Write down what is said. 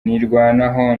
nirwanaho